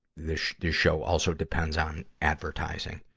this, this show also depends on advertising.